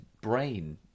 brain